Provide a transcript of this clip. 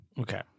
Okay